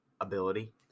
ability